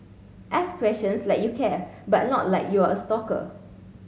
ask questions like you care but not like you're a stalker